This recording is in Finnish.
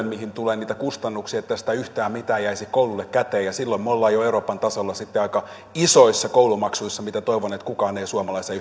mihin tulee niitä kustannuksia yhtään mitään jäisi kouluille käteen ja silloin me olemme euroopan tasolla jo sitten aika isoissa koulumaksuissa ja toivon että kukaan ei suomalaiseen